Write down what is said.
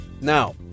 Now